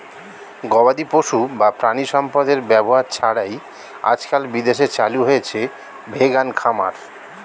গবাদিপশু বা প্রাণিসম্পদের ব্যবহার ছাড়াই আজকাল বিদেশে চালু হয়েছে ভেগান খামার